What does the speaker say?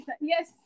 yes